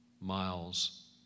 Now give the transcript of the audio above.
miles